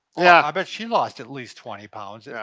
yeah i bet she lost at least twenty pounds. yeah.